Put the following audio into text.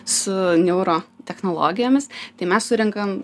su neuro technologijomis tai mes surenkam